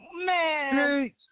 Man